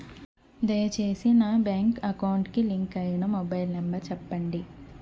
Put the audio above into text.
దయచేసి నా bank account కి లింక్ అయినా మొబైల్ నంబర్ చెప్పండి